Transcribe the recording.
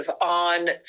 on